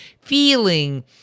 feeling